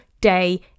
day